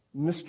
Mr